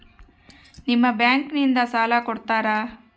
ನಿಮ್ಮ ಬ್ಯಾಂಕಿನಿಂದ ಸಾಲ ಕೊಡ್ತೇರಾ?